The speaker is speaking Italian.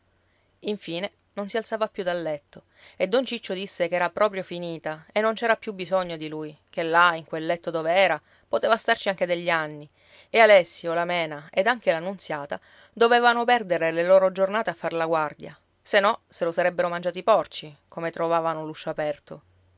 infine non si alzava più dal letto e don ciccio disse che era proprio finita e non ci era più bisogno di lui ché là in quel letto dove era poteva starci anche degli anni e alessi o la mena ed anche la nunziata dovevano perdere le loro giornate a far la guardia se no se lo sarebbero mangiato i porci come trovavano l'uscio aperto